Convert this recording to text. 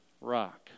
rock